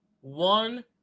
one